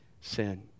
sin